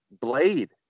Blade